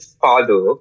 father